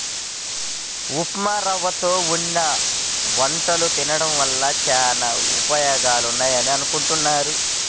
ఉప్మారవ్వతో వండిన వంటలు తినడం వల్ల చానా ఉపయోగాలున్నాయని అనుకుంటున్నారు